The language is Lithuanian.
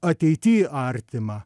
ateity artima